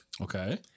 Okay